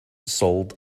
sold